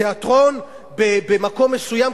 בתיאטרון במקום מסוים,